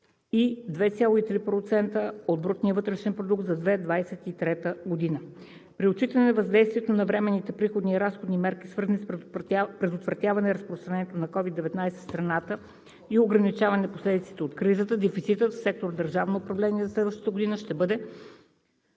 и 2,3% от брутния вътрешен продукт за 2023 г. При отчитане на въздействието на временните приходни и разходни мерки, свързани с предотвратяване разпространението на COVID-19 в страната и ограничаване последиците от кризата, дефицитът на сектор „Държавно управление“